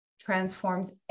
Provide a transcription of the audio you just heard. transforms